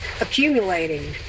accumulating